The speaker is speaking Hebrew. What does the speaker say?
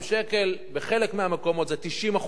בחלק מהמקומות זה 90% משכר הדירה,